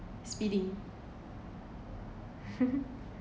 speeding